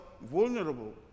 vulnerable